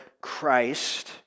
Christ